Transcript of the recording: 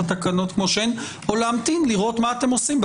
התקנות כמו שהן או להמתין ולראות מה אתם עושים?